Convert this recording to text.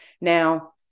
Now